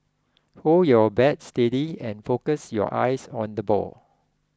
hold your bat steady and focus your eyes on the ball